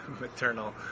maternal